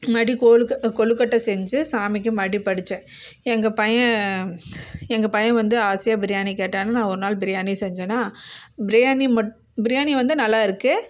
மறுபடி கோழுக்கு கொழுக்கட்டை செஞ்சு சாமிக்கு மறுபடியும் படைத்தேன் எங்கள் பையன் எங்கள் பையன் வந்து ஆசையாக பிரியாணி கேட்டானு நான் ஒரு நாள் பிரியாணி செஞ்சேன் பிரியாணி மட் பிரியாணி வந்து நல்லா இருக்குது